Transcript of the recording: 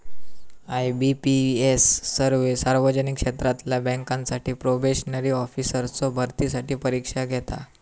IBPS सर्वो सार्वजनिक क्षेत्रातला बँकांसाठी प्रोबेशनरी ऑफिसर्सचो भरतीसाठी परीक्षा घेता